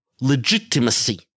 legitimacy